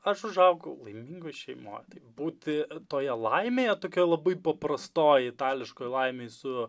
aš užaugau laimingoj šeimoj būti toje laimėje tokioje labai paprastoj itališkoj laimėj su